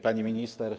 Pani Minister!